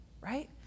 right